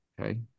okay